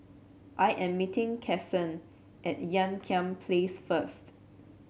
I am meeting Kason at Ean Kiam Place first